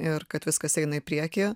ir kad viskas eina į priekį